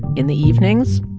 in the evenings,